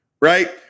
Right